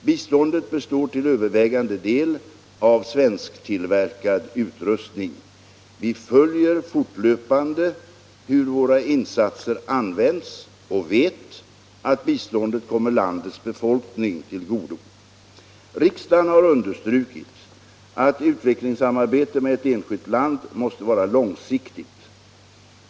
Biståndet består till övervägande del av svensktillverkad utrustning. Vi följer fortlöpande hur våra insatser används och vet att biståndet kommer landets befolkning till godo. Riksdagen har understrukit att utvecklingssamarbete med ett enskilt land måste vara långsiktigt.